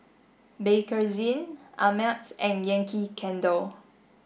Bakerzin Ameltz and Yankee Candle